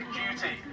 duty